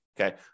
Okay